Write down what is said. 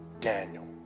Daniel